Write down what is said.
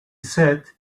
sat